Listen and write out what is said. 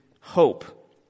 hope